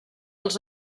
els